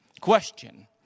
Question